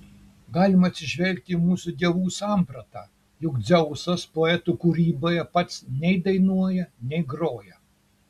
galima atsižvelgti į mūsų dievų sampratą juk dzeusas poetų kūryboje pats nei dainuoja nei groja